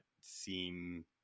seem